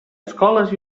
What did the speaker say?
escoles